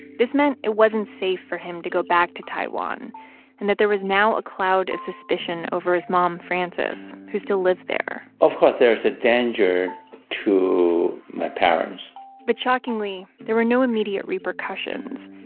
this meant it wasn't safe for him to go back to taiwan and that there was now a cloud of suspicion over his mom, frances, who still lived there of course, there was a danger to my parents but shockingly, there were no immediate repercussions.